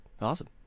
Awesome